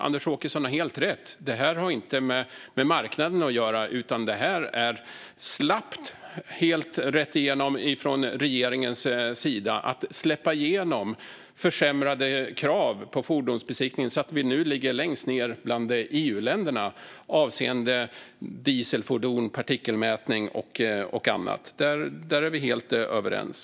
Anders Åkesson har helt rätt; det här har inte med marknaden att göra, utan det här är slappt rätt igenom från regeringens sida. Man släpper alltså igenom försämrade krav på fordonsbesiktningen så att Sverige nu ligger längst ned bland EU-länderna avseende dieselfordon, partikelmätning och annat. Där är vi helt överens.